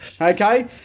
Okay